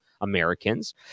Americans